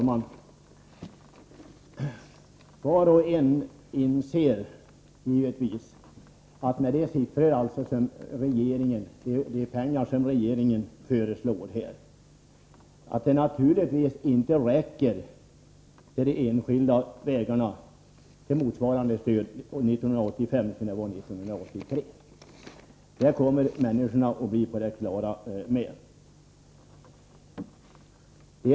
Herr talman! När det gäller de enskilda vägarna inser givetvis var och en att de av regeringen föreslagna pengarna år 1985 inte kommer att vara ett stöd motsvarande det man fick 1983. Det kommer människorna att bli på det klara 62 med.